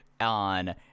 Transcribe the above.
on